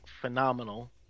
phenomenal